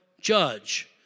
judge